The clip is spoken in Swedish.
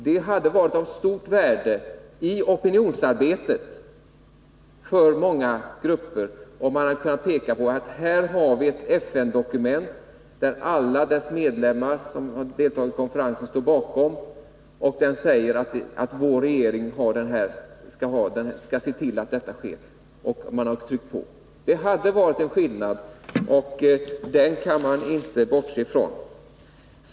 Det hade varit av stort värde för många grupper i deras opinionsarbete, om de hade kunnat peka på att ”här har vi ett FN-dokument som alla medlemmar i konferensen står bakom, och det säger att vår regering skall se till att detta sker”. Det hade varit en stor skillnad, och den kan man inte bortse från.